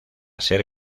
ser